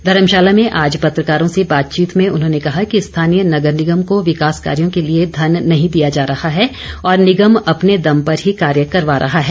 धर्मशाला में आज पत्रकारों से बातचीत में उन्होंने कहा कि स्थानीय नगर निगम को विकास कार्यों के लिए धन नहीं दिया जा रहा है और निगम अपने दम पर ही कार्य करवा रहा है